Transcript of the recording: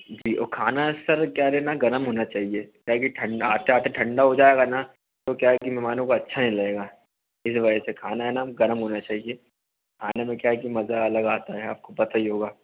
जी वह खाना सर क्या रहना गर्म होना चाहिए क्या है कि ठंडा आते आते ठंडा हो जायेगा न तो क्या हैं की मेहमानों को अच्छा नहीं लगेगा इसी वजह से खाना हैं ना गर्म होना चाहिए खाने में क्या हैं की मज़ा अलग आता हैं आपको पता ही होगा